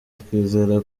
twizera